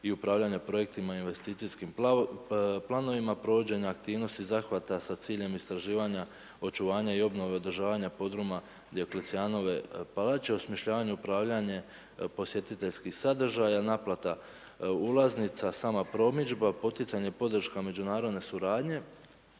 i upravljanja projektima i investicijskim planovima, provođenje aktivnosti zahvata sa ciljem istraživanja, očuvanja i obnove održavanja podruma Dioklecijanove palače, osmišljavanje, upravljanje posjetiteljskih sadržaja, naplata ulaznica, sama promidžba, poticanje, podrška međunarodne suradnje.